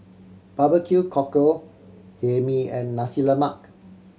barbecue cockle Hae Mee and Nasi Lemak